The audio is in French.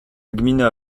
gmina